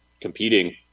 competing